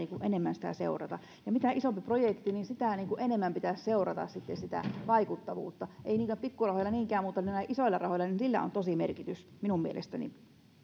tärkeätä enemmän sitä seurata mitä isompi projekti sitä enemmän pitäisi seurata sitten sitä vaikuttavuutta ei pikkurahoilla niinkään mutta näillä isoilla rahoilla on todellinen merkitys minun mielestäni